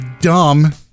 dumb